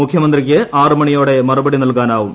മുഖ്യമന്ത്രിക്ക് ആറുമണിയോടെ മറുപടി നൽകാനാവും